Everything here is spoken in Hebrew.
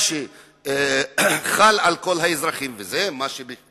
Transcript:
מה שחל על כל האזרחים, חל גם עליכם.